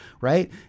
right